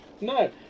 No